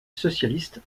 socialiste